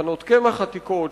תחנות קמח עתיקות,